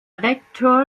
rektor